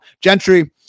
Gentry